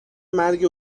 مرگ